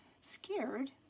scared